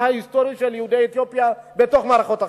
ההיסטורי של יהודי אתיופיה למערכות החינוך.